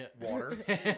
water